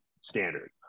standard